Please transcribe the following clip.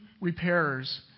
repairers